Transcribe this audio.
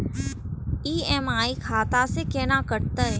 EMI खाता से केना कटते?